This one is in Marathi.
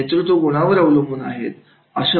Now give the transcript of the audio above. नेतृत्व गुणांवर अवलंबून आहेत